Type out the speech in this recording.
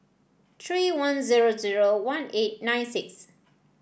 three one zero zero one eight nine six